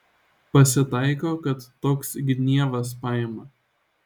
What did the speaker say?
pasitaiko kad toks gnievas paima